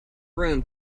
room